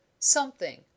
Something